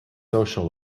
social